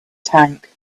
tank